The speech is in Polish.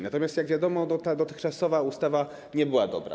Natomiast, jak wiadomo, dotychczasowa ustawa nie była dobra.